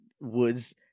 woods